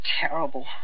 terrible